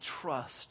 trust